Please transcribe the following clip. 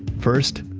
first,